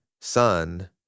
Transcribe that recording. son